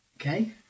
Okay